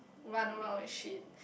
run around like shit